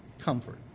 comfort